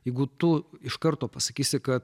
jeigu tu iš karto pasakysi kad